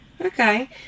Okay